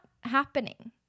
happening